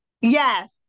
yes